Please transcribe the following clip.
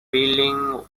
building